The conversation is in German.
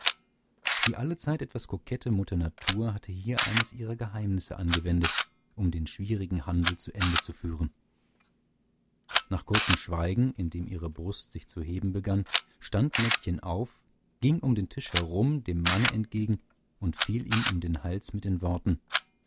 die allzeit etwas kokette mutter natur hatte hier eines ihrer geheimnisse angewendet um den schwierigen handel zu ende zu führen nach kurzem schweigen indem ihre brust sich zu heben begann stand nettchen auf ging um den tisch herum dem manne entgegen und fiel ihm um den hals mit den worten